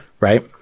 Right